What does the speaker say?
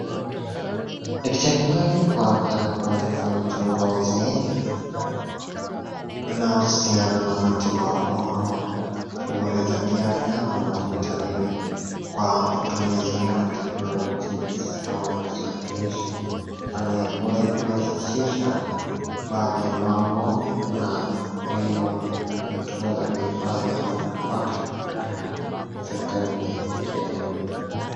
Daktari huyu kuonekana kuweza kufanya uchunguzi inaohusiana na matibabu ama shughuli za kiafya humu hospitalini kwa utumizi wa teknolojia ya kisasa kama vile tarakilishi kwani huweza kurahisisha baadhi ya mambo na elimu mtu huweza kuhifadhi ama kupata katika sekta hii ya kielimu.